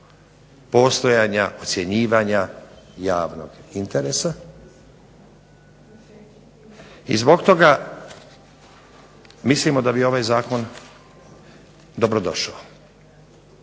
postojanja ocjenjivanja javnog interesa i zbog toga mislimo da bi ovaj zakon dobrodošao.